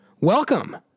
Welcome